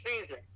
season